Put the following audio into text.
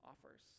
offers